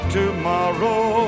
tomorrow